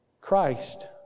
Christ